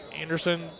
Anderson